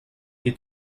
fins